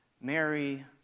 Mary